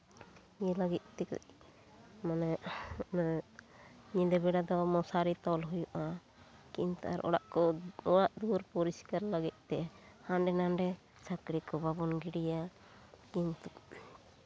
ᱤᱭᱟᱹ ᱞᱟᱹᱜᱤᱫ ᱛᱮᱜᱮ ᱢᱟᱱᱮ ᱧᱤᱫᱟᱹ ᱵᱮᱲᱟ ᱫᱚ ᱢᱚᱥᱟᱨᱤ ᱛᱚᱞ ᱦᱩᱭᱩᱜᱼᱟ ᱠᱤᱱᱛᱩ ᱚᱲᱟᱜ ᱠᱚ ᱚᱲᱟᱜ ᱫᱩᱣᱟᱹᱨ ᱯᱚᱨᱤᱥᱠᱟᱨ ᱞᱟᱹᱜᱤᱫ ᱛᱮ ᱦᱟᱸᱰᱮ ᱱᱟᱸᱰᱮ ᱥᱟᱹᱠᱲᱤ ᱠᱚ ᱵᱟᱵᱚᱱ ᱜᱤᱰᱤᱭᱟ ᱠᱤᱱᱛᱩ